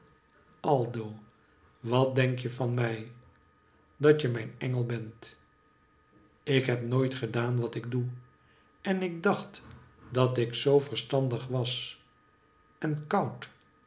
aldo wat denk je van mij dat je mijn engel bent ik heb nooit gedaan wat ik doe en ik dacht dat ik zoo verstandig was en koud